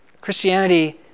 Christianity